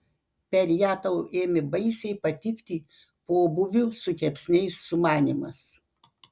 per ją tau ėmė baisiai patikti pobūvių su kepsniais sumanymas